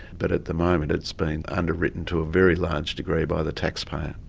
but at the moment it's been underwritten to a very large degree by the taxpayer.